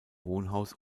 wohnhaus